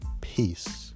Peace